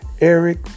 Eric